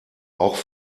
auch